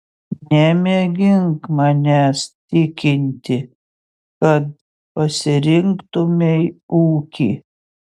nemėgink manęs tikinti kad pasirinktumei ūkį